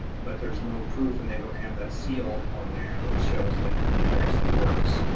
but there's no proof and they don't have that seal on there that shows that it actually works.